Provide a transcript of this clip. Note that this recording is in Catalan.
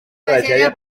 tragèdia